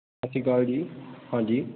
ਸਤਿ ਸ਼੍ਰੀ ਅਕਾਲ ਜੀ ਹਾਂਜੀ